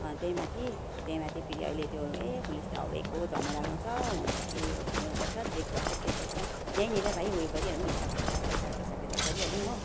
त्यही माथि त्यही माथि फेरि अहिले त्यो ए पुलिसले हौडेको झमेला लगाउँछ घुमेको घुमेकै गर्छ चेक गर्छ चेक गर्छ यहीँनिर भाइ उयो गरिहालौँ न पैसाको हिसाब किताब गरिहालौँ हो